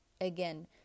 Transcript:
Again